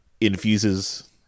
infuses